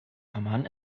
amman